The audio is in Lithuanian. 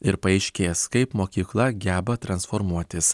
ir paaiškės kaip mokykla geba transformuotis